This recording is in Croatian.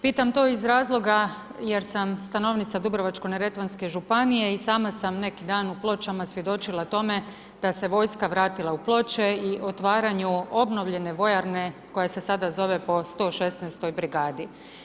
Pitam to iz razloga, jer sam stanovnica Dubrovačko neretvanske županije, i sama sam neki dan u Pločama svjedočila tome, da se vojska vratila u Ploče i u otvaranju obnovljene vojarne koja se sada zove po 116. brigadi.